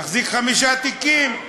הוא מחזיק חמישה תיקים: